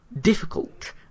difficult